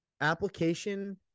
Application